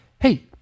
hey